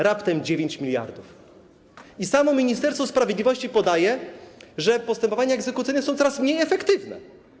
Raptem 9 mld. Samo Ministerstwo Sprawiedliwości podaje, że postępowania egzekucyjne są coraz mniej efektywne.